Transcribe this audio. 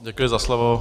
Děkuji za slovo.